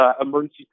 emergency